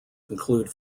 include